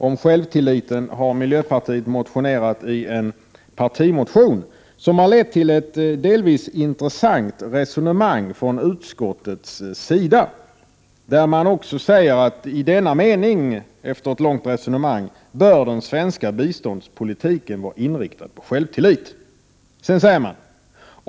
Om självtillit har miljöpartiet motionerat i en partimotion, som har lett till ett delvis intressant resonemang från utskottet som skriver: ”I denna mening bör den svenska biståndspolitiken vara inriktad på självtillit.